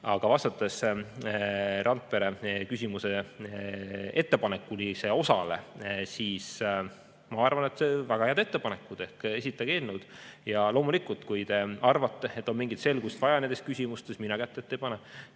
Vastates Randpere küsimuse ettepaneku osale: ma arvan, et [need on] väga head ettepanekud. Esitage eelnõud. Loomulikult, kui te arvate, et on mingit selgust vaja nendes küsimustes, siis mina kätt ette ei pane,